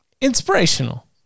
Inspirational